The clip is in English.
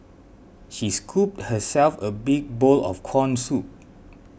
she scooped herself a big bowl of Corn Soup